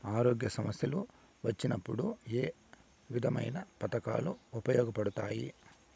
ఆరోగ్య సమస్యలు వచ్చినప్పుడు ఏ విధమైన పథకాలు ఉపయోగపడతాయి